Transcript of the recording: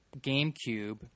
GameCube